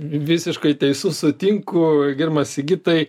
visiškai teisus sutinku gerbiamas sigitai